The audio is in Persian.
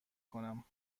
کنم